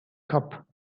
cup